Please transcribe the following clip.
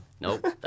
Nope